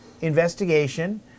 investigation